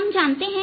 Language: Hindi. हम जानते हैं